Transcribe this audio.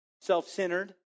self-centered